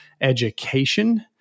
education